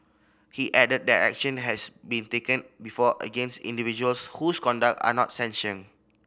he added that action has been taken before against individuals whose conduct are not sanctioned